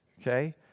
Okay